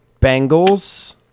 Bengals